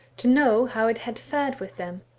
to know how it had fared with them.